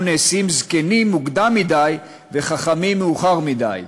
נעשים זקנים מוקדם מדי וחכמים מאוחר מדי.